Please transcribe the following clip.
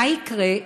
מה יקרה?